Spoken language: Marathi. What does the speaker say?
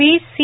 V C